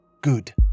good